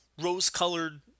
rose-colored